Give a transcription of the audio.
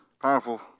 Powerful